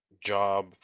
job